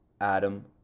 Adam